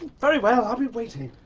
very well. i'll be waiting.